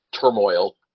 turmoil